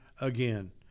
again